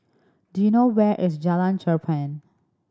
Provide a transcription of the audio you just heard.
do you know where is Jalan Cherpen